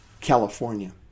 California